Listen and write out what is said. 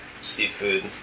seafood